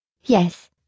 Yes